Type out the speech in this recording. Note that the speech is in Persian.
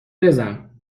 بزن